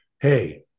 hey